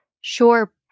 Sure